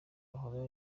ahora